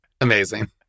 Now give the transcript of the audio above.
Amazing